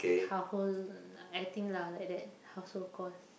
how hold lah I think lah like that household cores